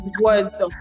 words